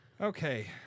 Okay